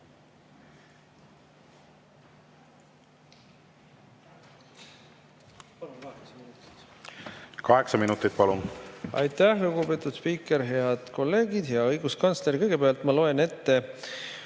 minutit, palun! Aitäh, lugupeetud spiiker! Head kolleegid! Hea õiguskantsler! Kõigepealt ma loen ette